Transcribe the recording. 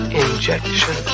injection